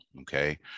okay